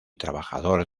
trabajador